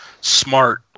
smart